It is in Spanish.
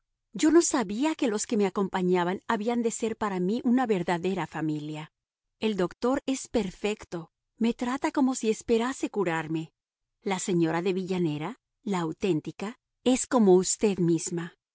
yo no sabía que los que me acompañaban habían de ser para mí una verdadera familia el doctor es perfecto me trata como si esperase curarme la señora de villanera la auténtica es como usted misma